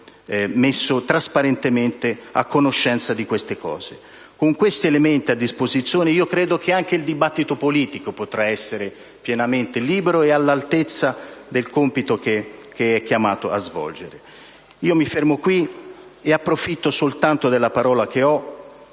messo trasparentemente a conoscenza di queste cose. Con questi elementi a disposizione credo che anche il dibattito politico potrà essere pienamente libero e all'altezza del compito che è chiamato a svolgere. Mi fermo qui e approfitto di questo intervento